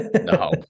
No